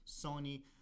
sony